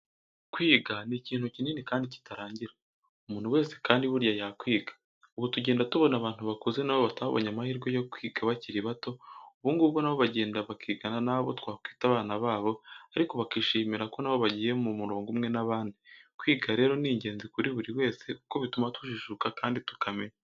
Kwiga ni ikintu kinini kandi kitarangira, umuntu wese kandi burya yakwiga. Ubu tugenda tubona abantu bakuze na bo batabonye amahirwe yo kwiga bakiri bato, ubu ngubu na bo bagenda bakigana n'abo twakwita abana babo ariko bakishimira ko na bo bagiye mu murongo umwe n'abandi, kwiga rero ni ingenzi kuri buri wese kuko bituma tujijuka kandi tukamenya.